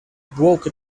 broke